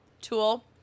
tool